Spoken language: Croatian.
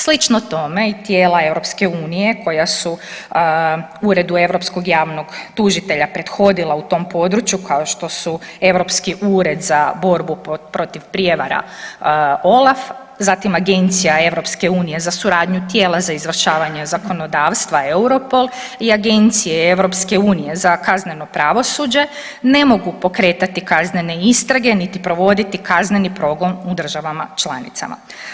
Slično tome i tijela EU koja su Uredu europskog javnog tužitelja prethodila u tom području, kao što su Europski ured za borbu protiv prijevara-OLAF, zatim Agencija EU za suradnju tijela za izvršavanje zakonodavstva-EUROPOL i Agencije EU za kazneno pravosuđe, ne mogu pokretati kaznene istrage niti provoditi kazneni progon u državama članicama.